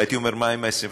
הייתי אומר: מה עם ה-25%?